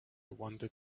wanted